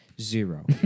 Zero